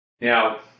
Now